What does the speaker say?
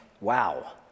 wow